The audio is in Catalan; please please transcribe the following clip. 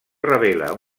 revela